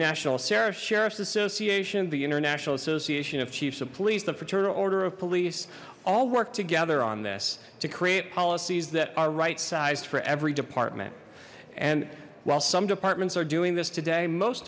national sarah sheriffs association the international association of chiefs of police the fraternal order of police all work together on this to create policies that are right sized for every department and while some departments are doing this today most